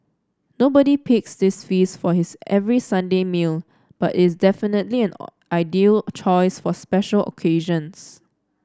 nobody picks this feast for his every Sunday meal but is definitely an ideal choice for special occasions